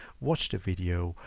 watched a video,